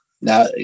Now